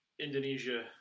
Indonesia